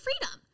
freedom